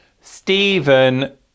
stephen